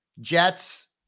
Jets